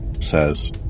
says